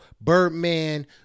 Birdman